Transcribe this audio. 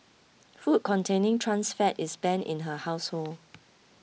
food containing trans fat is banned in her household